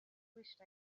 wished